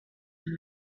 and